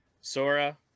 Sora